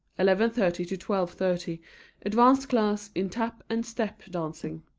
eleven thirty to twelve thirty advanced class in tap and step dancing.